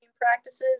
practices